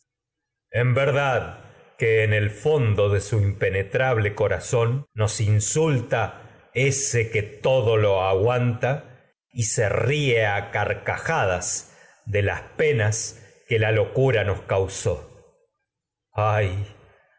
en coro ble verdad que el fondo de que su impenetra corazón nos insulta ese todo la lo aguanta y se nos ríe a carcajadas de las penas que locura causó al